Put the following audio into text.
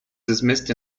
dismissed